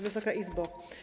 Wysoka Izbo!